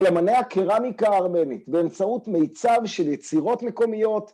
למנע קרמיקה ארמנית באמצעות מיצב של יצירות מקומיות.